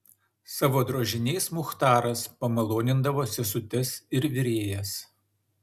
savo drožiniais muchtaras pamalonindavo sesutes ir virėjas